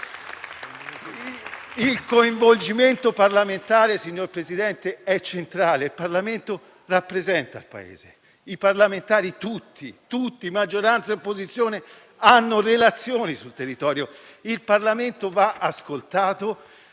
Il coinvolgimento parlamentare, signor Presidente del Consiglio, è centrale. Il Parlamento rappresenta il Paese. I parlamentari tutti, di maggioranza e opposizione, hanno relazioni sul territorio. Il Parlamento va ascoltato,